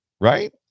Right